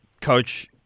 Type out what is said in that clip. Coach